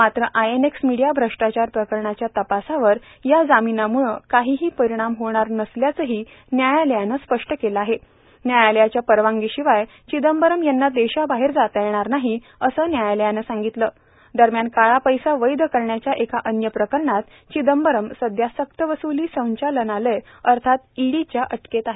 मात्र I N X media भ्रष्टाचार प्रकरणाच्या तपासावर या जामीनामुळं काहीही परिणाम होणार नसल्याचंही न्यायालयानं स्पष्ट केलं न्यायालयाच्या परवानगीशिवाय चिदंबरम देशाबाहेर जावू शकणार नाहीत असं न्यायालयानं सांगितलं दरम्यान काळा पैसा वैध करण्याच्या एका अन्य प्रकरणात चिदंबरम सध्या सक्तवसुली संचालनालय ईडीच्या अटकेत आहेत